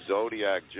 Zodiac